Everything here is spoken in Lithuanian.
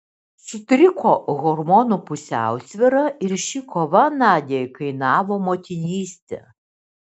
sutriko hormonų pusiausvyra ir ši kova nadiai kainavo motinystę